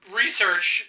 research